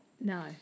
No